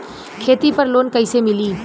खेती पर लोन कईसे मिली?